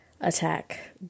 attack